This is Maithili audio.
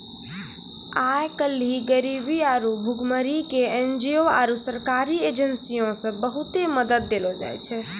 आइ काल्हि गरीबी आरु भुखमरी के एन.जी.ओ आरु सरकारी एजेंसीयो से बहुते मदत देलो जाय छै